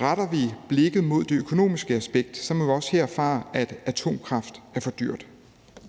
Retter vi blikket mod det økonomiske aspekt, må vi også her erfare, at atomkraft er for dyrt.